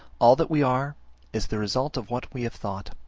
all that we are is the result of what we have thought